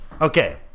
Okay